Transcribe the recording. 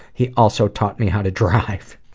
he also taught me how to drive.